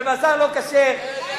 ייבאו.